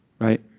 Right